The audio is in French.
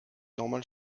normale